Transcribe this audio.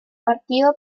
partido